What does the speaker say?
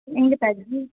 ఇంకా తగ్గి